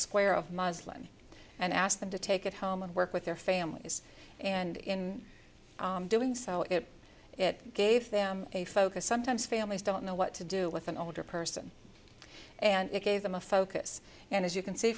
square of muslin and asked them to take it home and work with their families and in doing so it it gave them a focus sometimes families don't know what to do with an older person and it gave them a focus and as you can see